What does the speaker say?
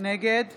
נגד